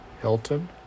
Hilton